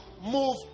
move